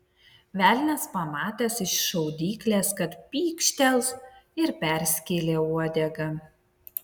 velnias pamatęs iš šaudyklės kad pykštels ir perskėlė uodegą